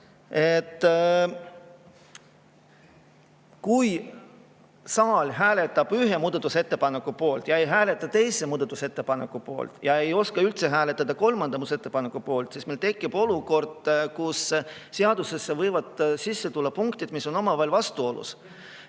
Kui saal hääletab [esimese] muudatusettepaneku poolt ja ei hääleta teise muudatusettepaneku poolt ja ei oska üldse hääletada kolmanda muudatusettepaneku puhul, siis meil tekib olukord, kus seadusesse võivad sisse tulla punktid, mis on omavahel vastuolus.